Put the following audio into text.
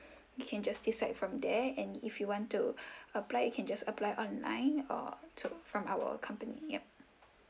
you can just decide from there and if you want to apply you can just apply online or to from our company ya